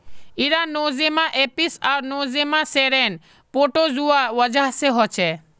इरा Nosema apis आर Nosema ceranae protozoa वजह से होछे